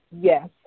Yes